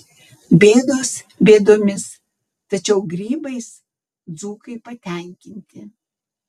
bėdos bėdomis tačiau grybais dzūkai patenkinti